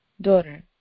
daughter